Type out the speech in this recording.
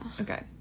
Okay